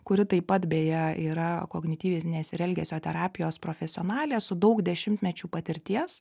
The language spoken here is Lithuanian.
kuri taip pat beje yra kognityvinės ir elgesio terapijos profesionalė su daug dešimtmečių patirties